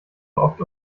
oft